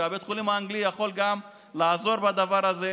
ובית החולים האנגלי יכול גם לעזור בדבר הזה,